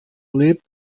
lebt